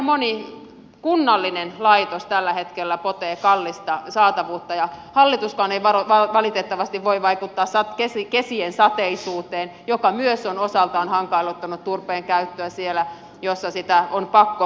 moni kunnallinen laitos tällä hetkellä potee kallista saatavuutta ja hallituskaan ei valitettavasti voi vaikuttaa kesien sateisuuteen joka myös on osaltaan hankaloittanut turpeen käyttöä siellä missä sitä on pakko puun rinnalla käyttää